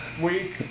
week